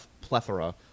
plethora